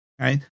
right